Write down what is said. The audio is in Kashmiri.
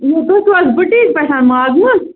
تُہۍ چھُو حظ بُٹیٖک پٮ۪ٹھ ماگمہٕ